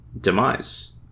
Demise